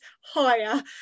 higher